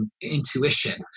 intuition